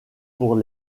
pour